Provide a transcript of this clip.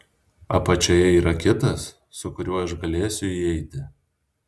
apačioje yra kitas su kuriuo aš galėsiu įeiti